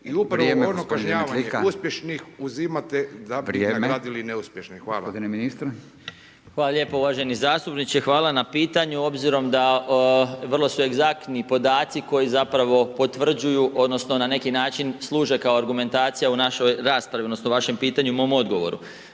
Furio (Nezavisni)** Vrijeme. **Marić, Zdravko** Hvala lijepo uvaženi zastupniče, hvala na pitanju obzirom da vrlo su egzaktni podaci koji zapravo potvrđuju odnosno na neki način služe kao argumentacija u našoj raspravi, odnosno vašem pitanju i mom odgovoru.